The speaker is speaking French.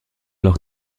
lors